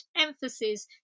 emphasis